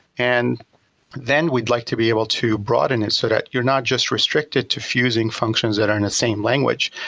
and then we'd like to be able to broaden it so that you are not just restricted to fusing functions that are in the same language,